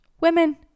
Women